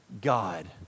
God